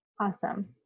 Awesome